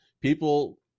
People